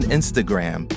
Instagram